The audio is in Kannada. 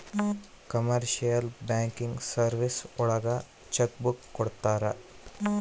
ಕಮರ್ಶಿಯಲ್ ಬ್ಯಾಂಕಿಂಗ್ ಸರ್ವೀಸಸ್ ಒಳಗ ಚೆಕ್ ಬುಕ್ ಕೊಡ್ತಾರ